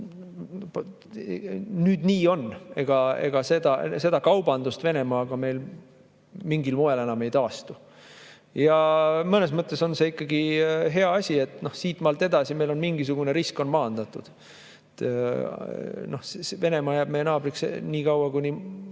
nüüd nii on, et ega see kaubandus Venemaaga mingil moel enam ei taastu. Mõnes mõttes on see ikkagi hea asi, et siitmaalt edasi meil on mingisugune risk maandatud. Venemaa jääb meie naabriks niikaua, kuni